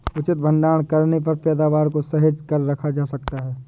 उचित भंडारण करने पर पैदावार को सहेज कर रखा जा सकता है